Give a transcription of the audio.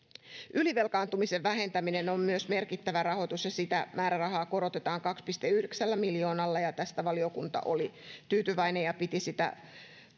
ylivelkaantumisen vähentäminen on myös merkittävä rahoitus ja sitä määrärahaa korotetaan kahdella pilkku yhdeksällä miljoonalla tästä valiokunta oli tyytyväinen ja piti sitä